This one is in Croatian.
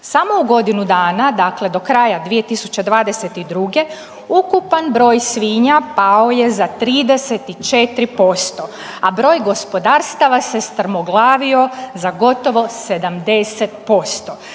Samo u godinu dana dakle do kraja 2022., ukupan broj svinja pao je za 34%, a broj gospodarstava se strmoglavio za gotovo 70%.